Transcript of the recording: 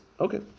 Okay